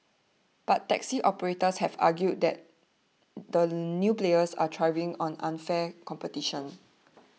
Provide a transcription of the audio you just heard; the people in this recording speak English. but taxi operators have argued that the new players are thriving on unfair competition